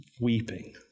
weeping